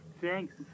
Thanks